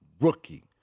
rookie